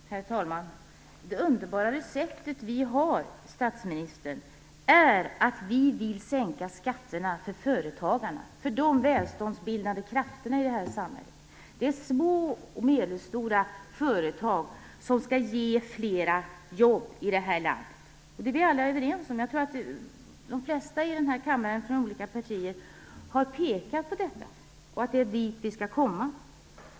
Herr talman! Det underbara receptet vi har, statsministern, är att vi vill sänka skatterna för företagarna, för de välståndsbildande krafterna i detta samhälle. Det är små och medelstora företag som skall ge fler jobb i detta land. Det är vi alla överens om. De flesta i denna kammare från olika partier har pekat på detta. Det är dit vi skall komma.